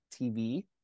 tv